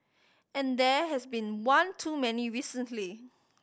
and there has been one too many recently